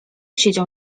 siedział